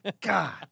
God